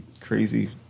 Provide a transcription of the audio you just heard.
crazy